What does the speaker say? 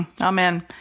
Amen